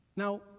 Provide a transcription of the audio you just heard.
Now